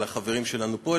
על החברים שלנו פה,